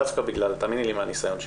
תאמיני לי מהניסיון שלי,